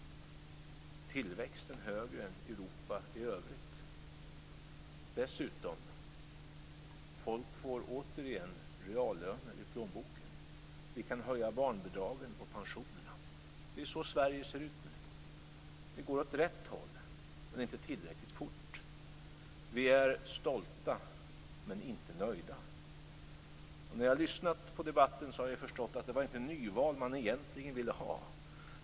Tillväxten är högre än i Europa i övrigt. Dessutom får folk återigen reallöner i plånboken. Vi kan höja barnbidragen och pensionerna. Det är så Sverige ser ut nu. Det går åt rätt håll, men inte tillräckligt fort. Vi är stolta, men inte nöjda. När jag har lyssnat på debatten har jag förstått att det inte var nyval man egentligen ville ha.